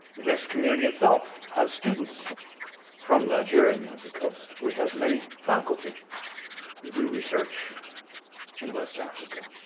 this community itself has students from nigeria and the ivory coast, we have many faculty who do research in west africa.